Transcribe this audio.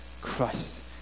Christ